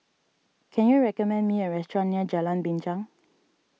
can you recommend me a restaurant near Jalan Binchang